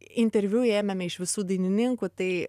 interviu ėmėme iš visų dainininkų tai